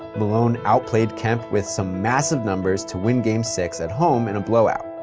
malone outplayed kemp with some massive numbers to win game six at home in a blowout.